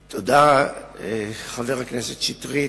תודה, חבר הכנסת שטרית,